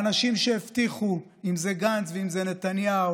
האנשים שהבטיחו לציבור, אם זה גנץ ואם זה נתניהו,